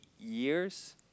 years